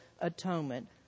atonement